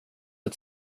ett